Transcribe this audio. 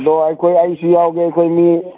ꯑꯗꯣ ꯑꯩꯈꯣꯏ ꯑꯩꯁꯨ ꯌꯥꯎꯒꯦ ꯑꯩꯈꯣꯏ ꯃꯤ